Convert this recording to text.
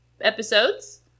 episodes